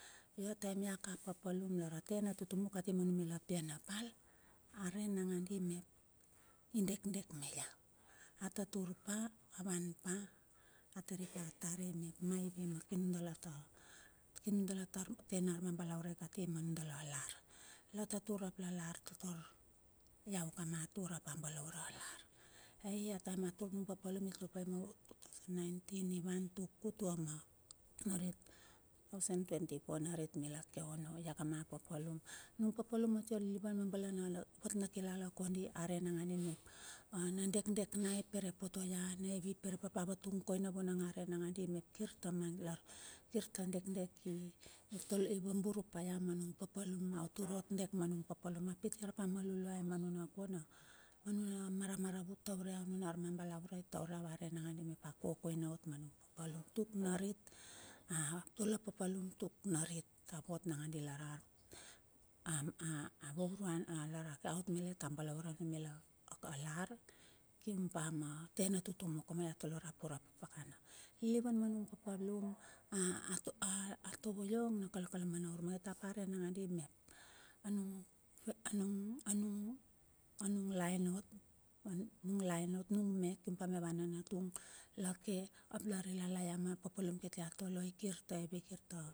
Io a taem ia ka apapalum i lar a tena tutumu kati manu mila pianapal, arei nangandi mep idekdek meia. atatur pa, avan pa atiri pa atare mep maive na kir nundala ta tena arbalaurai kati ma nundala lar? Latatur ap la lar, iau kama tur apa balaure alar. Ai taem atur anung papalum itur pai ma 2019 ivan tuk tutua ma narit ma 2024 narit mila ke ono. Iau kama papalum, nung paplum atia lilivan ma bale na vat na kilala kondi, a re nangandi mep, na dekdek na e i porote ia na evi poropote ia, avatung koina urep a ran nangandi mep, kirta mangit lar kir ta dekdek ivaburu paia manung papalum. Aturot dek ma nung paplum, apite arpa ma luluai ma nuna kona manuna maramaravut taur ia nu, nuna mambalaurai taur ia, varei nangadi mep aot kokoina ka manung papalum. Tul narit atole a papalum, tuk narit avot nangandi lara a vauruana, iot malet abalaure numila alar, kium pa ma tena tutumu, kondi atole rap ura pakana. Lilivan manung papalum a tovo iong na kalakalamana urmangit, ap aren nangandi mep, anung laen ot, nung me kium pa va nanatung la kep ap la re leleia ma papalum kiti a tolei, kirta hevi kirta.